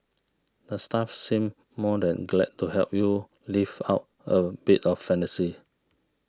the staff seem more than glad to help you live out a bit of fantasy